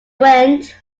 went